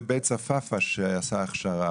כבוד היו"ר.